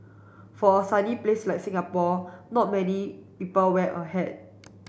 for a sunny place like Singapore not many people wear a hat